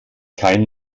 kein